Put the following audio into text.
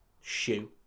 shoe